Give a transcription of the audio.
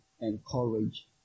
encourage